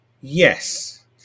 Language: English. Yes